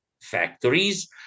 factories